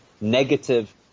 negative